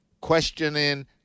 questioning